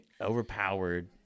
overpowered